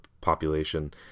population